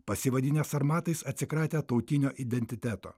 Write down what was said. pasivadinę sarmatais atsikratę tautinio identiteto